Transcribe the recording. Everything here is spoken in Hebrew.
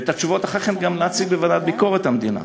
וגם להציג אותן אחר כך בוועדת ביקורת המדינה.